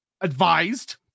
advised